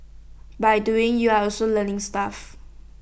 by doing you're also learning stuff